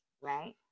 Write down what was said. right